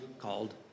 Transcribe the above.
called